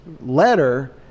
letter